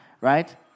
right